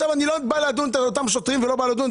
אני לא בא לדון את אותם שוטרים ולא בא לדון את